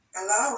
Hello